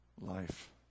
Life